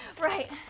Right